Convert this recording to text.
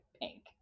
pink